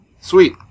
sweet